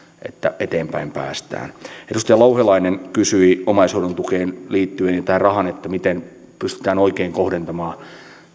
että eteenpäin päästään edustaja louhelainen kysyi omaishoidon tukeen liittyen ja tähän rahaan miten se pystytään oikein kohdentamaan